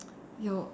your